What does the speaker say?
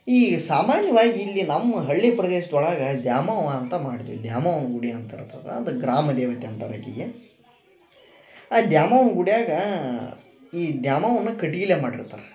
ಈ ಸಾಮಾನವಾಗಿ ಇಲ್ಲಿ ನಮ್ಮ ಹಳ್ಳಿ ಪ್ರದೇಶದೊಳಗ ದ್ಯಾಮವ್ವ ಅಂತ ಮಾಡ್ತೀವಿ ದ್ಯಾಮವ್ವನ ಗುಡಿ ಅಂತ ಹೇಳ್ತದ ಅದು ಗ್ರಾಮ ದೇವತೆ ಅಂತಾರೆ ಈಕಿಗೆ ಆ ದ್ಯಾಮವ್ವನ ಗುಡಿಯಾಗ ಈ ದ್ಯಾಮವ್ವನ ಕಟ್ಗಿಲೆ ಮಾಡಿರ್ತಾರ